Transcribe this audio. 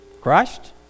Christ